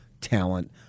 talent